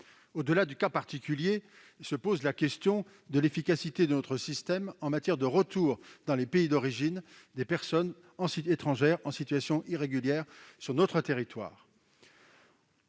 Au-delà de leur cas particulier se pose la question de l'efficacité de notre système en matière de retour dans les pays d'origine des personnes étrangères en situation irrégulière sur notre territoire.